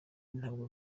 ntabwo